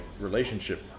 relationship